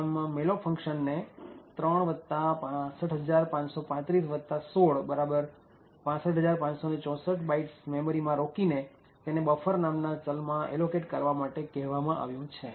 આમ malloc function ને ૩ ૬૫૫૩૫ ૧૬ ૬૫૫૬૪ bytes memory માં રોકીને તેને buffer નામના ચલ માં એલોકેટ કરવા માટે કહેવામાં આવ્યું છે